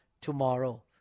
tomorrow